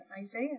Isaiah